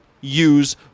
use